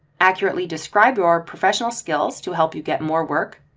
accurately describe your professional skills to help you get more work.